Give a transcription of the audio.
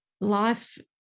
life